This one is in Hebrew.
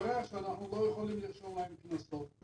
התברר שאנחנו לא יכולים לרשום להם קנסות,